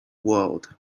world